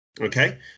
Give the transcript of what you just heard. okay